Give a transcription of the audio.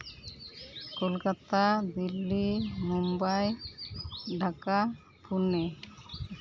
Kolkata Delhi Mumbai Dhaka Pune